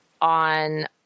on